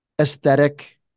aesthetic